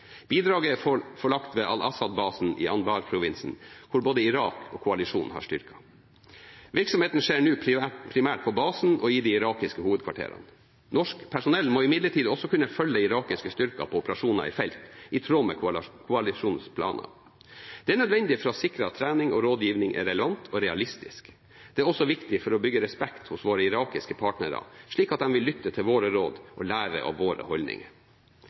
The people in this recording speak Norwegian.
Bidraget er forlagt ved Al Asad-basen i Anbar-provinsen, hvor både Irak og koalisjonen har styrker. Virksomheten skjer nå primært på basen og i de irakiske hovedkvarterene. Norsk personell må imidlertid også kunne følge irakiske styrker på operasjoner i felt, i tråd med koalisjonens planer. Det er nødvendig for å sikre at trening og rådgivning er relevant og realistisk. Det er også viktig for å bygge respekt hos våre irakiske partnere, slik at de vil lytte til våre råd og lære av våre holdninger.